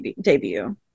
debut